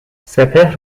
سپهر